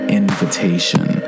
invitation